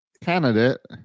candidate